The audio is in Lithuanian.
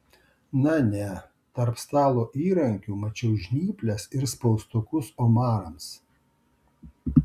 na ne tarp stalo įrankių mačiau žnyples ir spaustukus omarams